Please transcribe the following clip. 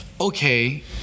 okay